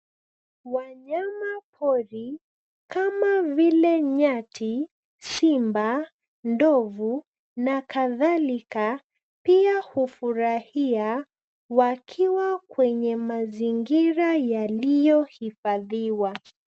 Wanyamapori kama vile nyati, simba, ndovu na kadhalika pia hufurahia wakiwa kwenye mazingira yaliyohifadhiwa.